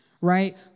right